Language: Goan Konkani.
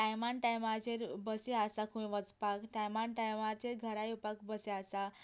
टायमार टायमाचेर बसी आसा खंय वचपाक टायमा टायमाचेर घरा येवपाक बसी आसा